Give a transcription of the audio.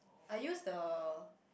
I use the